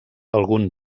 algun